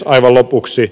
aivan lopuksi